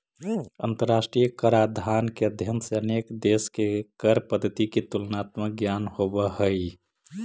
अंतरराष्ट्रीय कराधान के अध्ययन से अनेक देश के कर पद्धति के तुलनात्मक ज्ञान होवऽ हई